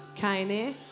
Keine